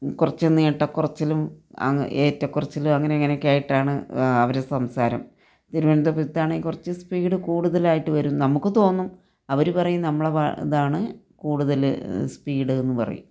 കുറച്ചു നീട്ടക്കുറച്ചിലും ഏറ്റക്കുറച്ചിലും അങ്ങനെ ഇങ്ങനെയൊക്കെ ആയിട്ടാണ് അവർ സംസാരം തിരുവനന്തപുരത്താത്താണെങ്കിൽ കുറച്ച് സ്പീഡ് കൂടുതലായിട്ട് വരും നമുക്ക് തോന്നും അവർ പറയും നമ്മളെ ഇതാണ് കൂടുതൽ സ്പീഡെന്ന് പറയും